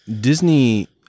Disney